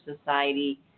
Society